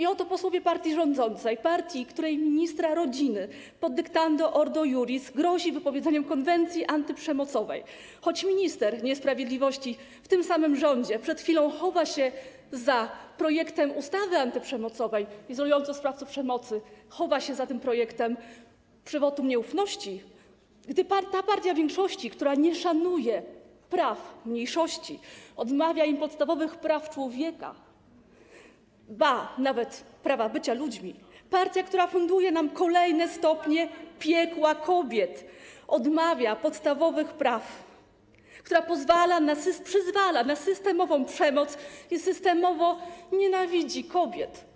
I oto posłowie partii rządzącej, partii, której ministra rodziny pod dyktando Ordo Iuris grozi wypowiedzeniem konwencji antyprzemocowej, choć minister niesprawiedliwości w tym samym rządzie przed chwilą chował się za projektem ustawy antyprzemocowej izolującej sprawców przemocy, chował się za tym projektem podczas debaty nad wotum nieufności, gdy ta partia większości, która nie szanuje praw mniejszości, odmawia im podstawowych praw człowieka, ba, nawet prawa bycia ludźmi, partia, która funduje nam kolejne stopnie piekła kobiet, odmawia im podstawowych praw, która przyzwala na systemową przemoc i systemowo nienawidzi kobiet.